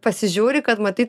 pasižiūri kad matyt